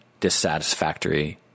dissatisfactory